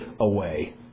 away